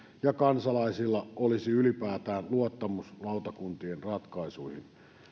ja kansalaisilla olisi ylipäätään luottamus lautakuntien ratkaisuihin